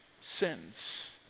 sins